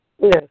Yes